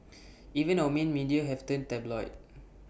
even our main media have turned tabloid